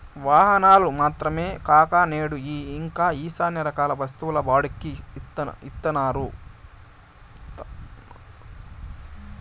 వాహనాలు మాత్రమే కాక నేడు ఇంకా శ్యానా రకాల వస్తువులు బాడుక్కి ఇత్తన్నారు